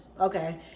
okay